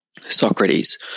Socrates